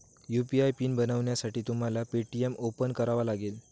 UPI PIN बनवण्यासाठी तुम्हाला Paytm open करावा लागेल